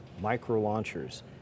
micro-launchers